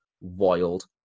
wild